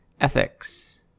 ethics